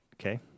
okay